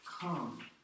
Come